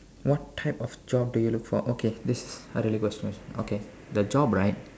what type of job do you look for okay this a really hard question okay the job right